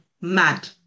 mad